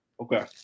Okay